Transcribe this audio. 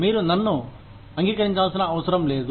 మీరు నన్ను అంగీకరించాల్సిన అవసరం లేదు